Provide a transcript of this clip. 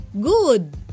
good